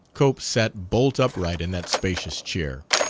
cope sat bolt upright in that spacious chair.